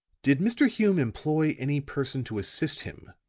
did mr. hume employ any person to assist him?